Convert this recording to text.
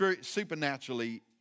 supernaturally